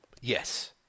Yes